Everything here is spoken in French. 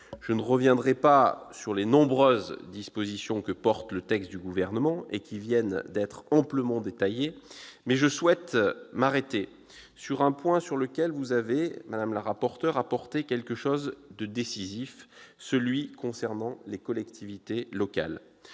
Je ne reviendrai pas sur les nombreuses dispositions que comporte le texte du Gouvernement et qui viennent d'être amplement détaillées, mais je souhaite m'arrêter sur un point sur lequel vous avez, madame la rapporteur, apporté une avancée décisive : il concerne les collectivités locales.